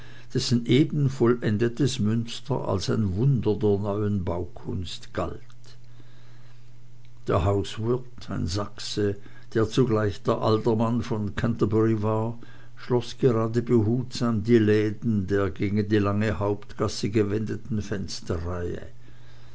dessen eben vollendetes münster als ein wunder der neuen baukunst galt der hauswirt ein sachse der zugleich der alderman von canterbury war schloß gerade behutsam die läden er gegen die lange hauptgasse gewendeten